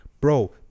Bro